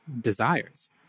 desires